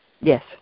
Yes